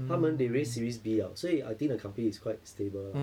他们 they raise series B liao 所以 I think the company is quite stable ah